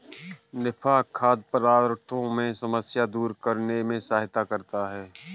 निफा खाद्य पदार्थों की समस्या दूर करने में सहायता करता है